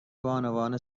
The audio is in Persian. بانوان